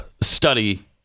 study